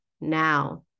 now